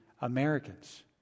Americans